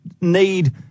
need